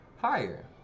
higher